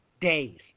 days